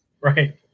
Right